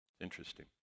interesting